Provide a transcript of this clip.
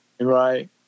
right